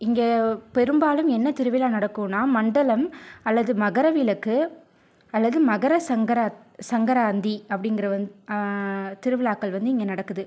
இங்கே பெரும்பாலும் என்ன திருவிழா நடக்குன்னால் மண்டலம் அல்லது மகர விளக்கு அல்லது மகர சங்கர சங்கராந்தி அப்படிங்கிற வந்து திருவிழாக்கள் வந்து இங்கே நடக்குது